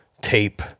tape